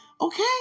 Okay